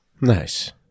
Nice